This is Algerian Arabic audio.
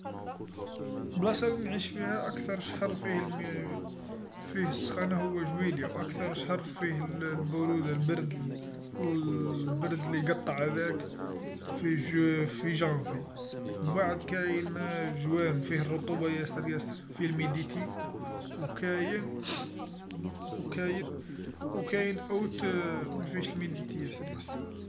بلاصه لنعيش فيها أكثر شهر فيه ل فيه السخانه هو جويليا و أكثر شهر فيه البرودا البرد لبرد ليقطع هذاك في جا في جانفي، مبعد كاين جوان فيه الرطوبه ياسر ياسر فيه لمديتي، و كاين و كاين و كاين أوت ما فيهش الميديتي ياسر ياسر.